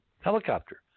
helicopter